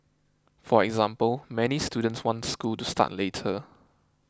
for example many students want school to start later